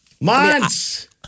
Months